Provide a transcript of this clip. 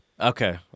Okay